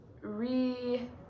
re